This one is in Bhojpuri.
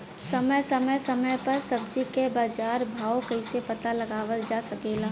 समय समय समय पर सब्जी क बाजार भाव कइसे पता लगावल जा सकेला?